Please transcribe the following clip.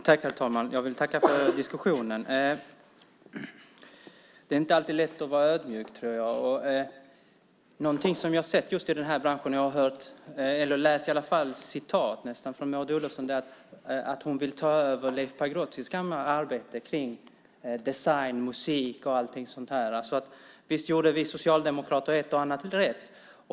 Herr talman! Jag vill tacka för diskussionen. Det är inte alltid lätt att vara ödmjuk. När det gäller den här branschen har jag läst att Maud Olofsson vill ta över Leif Pagrotskys gamla arbete med design, musik och så vidare. Så visst gjorde vi socialdemokrater ett och annat rätt.